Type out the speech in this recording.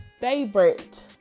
favorite